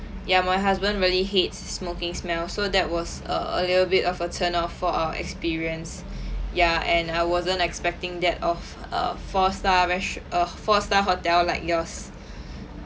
ya my husband really hates smoking smell so that was err a little bit of a turn off for our experience ya and I wasn't expecting that of err four star res~ uh four star hotel like yours